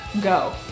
go